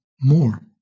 more